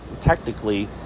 technically